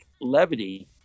levity